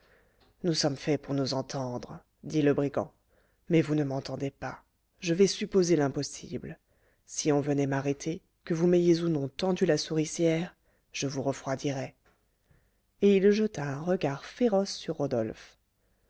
nous sommes faits pour nous entendre dit le brigand mais vous ne m'entendez pas je vais supposer l'impossible si on venait m'arrêter que vous m'ayez ou non tendu la souricière je vous refroidirais et il jeta un regard féroce sur rodolphe